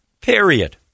Period